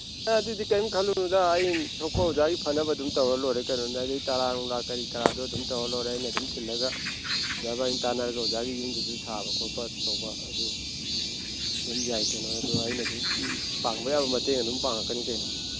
ꯑꯦ ꯑꯗꯨꯗꯤ ꯀꯩꯝ ꯈꯜꯂꯨꯅꯨꯗ ꯑꯩ ꯊꯣꯛꯄ ꯑꯣꯖꯥꯒꯤ ꯑꯗꯨꯝ ꯇꯧꯔ ꯂꯣꯏꯔꯦ ꯀꯩꯅꯣꯅꯦ ꯍꯥꯏꯗꯤ ꯇꯔꯥ ꯅꯨꯡꯂꯥ ꯀꯔꯤ ꯀꯔꯥꯗꯣ ꯑꯗꯨꯝ ꯇꯧꯔ ꯂꯣꯏꯔꯦ ꯑꯩꯅ ꯑꯗꯨꯝ ꯊꯤꯜꯂꯒ ꯑꯣꯖꯥꯒ ꯇꯥꯅꯔꯒ ꯑꯣꯖꯥꯒꯤ ꯌꯨꯝꯗꯨꯁꯨ ꯁꯥꯕ ꯈꯣꯠꯄ ꯇꯧꯅ ꯑꯗꯨ ꯑꯗꯨꯝ ꯌꯥꯏ ꯀꯩꯅꯣ ꯑꯗꯨ ꯑꯩꯅꯁꯨ ꯄꯥꯡꯕ ꯌꯥꯕ ꯃꯇꯦꯡ ꯑꯗꯨꯝ ꯄꯥꯡꯉꯛꯀꯅꯤ ꯀꯩꯅꯣ